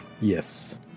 Yes